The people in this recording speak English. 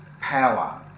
power